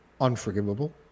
unforgivable